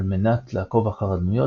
על מנת לעקוב אחר הדמויות,